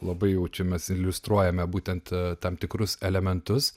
labai jau čia mes iliustruojame būtent tam tikrus elementus